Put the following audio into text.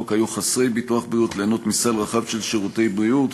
החוק היו חסרי ביטוח בריאות ליהנות מסל רחב של שירותי בריאות.